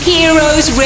Heroes